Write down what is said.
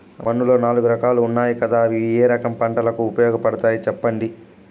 మన్నులో నాలుగు రకాలు ఉన్నాయి కదా అవి ఏ రకం పంటలకు ఉపయోగపడతాయి చెప్పండి?